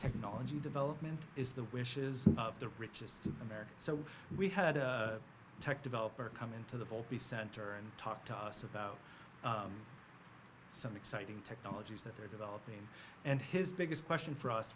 technology development is the wishes of the richest americans so we had a tech developer come into the fold the center and talk to us about some exciting technologies that they're developing and his biggest question for us